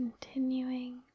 Continuing